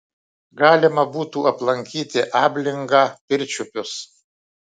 galima būtų aplankyti ablingą pirčiupius